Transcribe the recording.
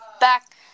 back